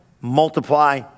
multiply